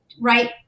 right